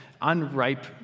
unripe